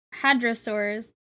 hadrosaurs